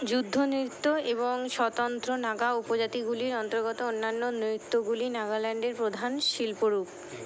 যুদ্ধ নৃত্য এবং স্বতন্ত্র নাগা উপজাতিগুলির অন্তর্গত অন্যান্য নৃত্যগুলি নাগাল্যান্ডের প্রধান শিল্পরূপ